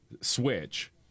switch